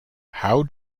how